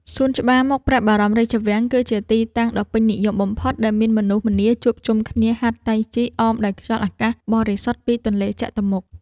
សួនច្បារមុខព្រះបរមរាជវាំង គឺជាទីតាំងដ៏ពេញនិយមបំផុត ដែលមានមនុស្សម្នាជួបជុំគ្នាហាត់តៃជីអមដោយខ្យល់អាកាសបរិសុទ្ធពីទន្លេចតុមុខ។